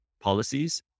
policies